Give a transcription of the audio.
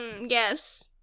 yes